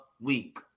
week